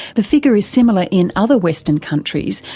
the figure is similar in other western countries,